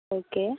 okay